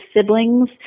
siblings